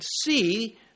see